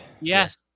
Yes